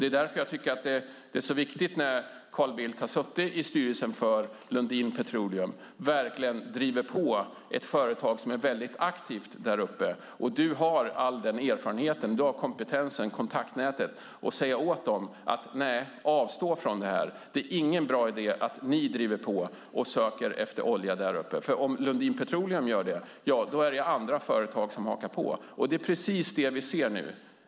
Därför är det viktigt att Carl Bildt, som suttit i styrelsen för Lundin Petroleum, verkligen driver på företaget eftersom det är mycket aktivt där uppe. Carl Bildt har all den erfarenheten, kompetensen, kontaktnätet för att kunna säga åt dem: Nej, avstå från det. Det är ingen bra idé att ni driver på och söker efter olja där uppe. Om Lundin Petroleum gör det finns det nämligen andra företag som hakar på. Det är precis det vi nu ser.